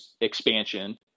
expansion